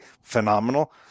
phenomenal